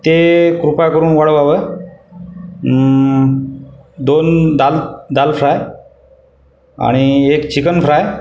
ते कृपा करून वाढवावं दोन दाल दालफ्राय आणि एक चिकनफ्राय